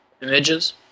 Images